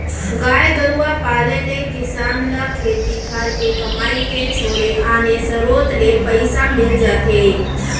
गाय गरूवा पाले ले किसान ल खेती खार के कमई के छोड़े आने सरोत ले पइसा मिल जाथे